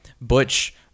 Butch